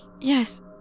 yes